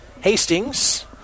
Hastings